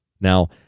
Now